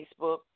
Facebook